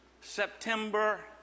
September